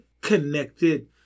connected